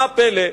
מה הפלא,